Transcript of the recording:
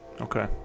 Okay